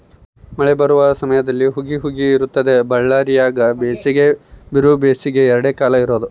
ಮಳೆ ಬರುವ ಸಮಯದಲ್ಲಿ ಹುಗಿ ಹುಗಿ ಇರುತ್ತದೆ ಬಳ್ಳಾರ್ಯಾಗ ಬೇಸಿಗೆ ಬಿರುಬೇಸಿಗೆ ಎರಡೇ ಕಾಲ ಇರೋದು